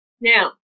Now